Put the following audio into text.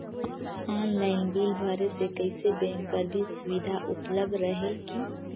Online bill भरे से कइसे बैंक कर भी सुविधा उपलब्ध रेहेल की?